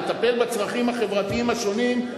לטפל בצרכים החברתיים השונים,